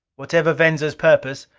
whatever venza's purpose,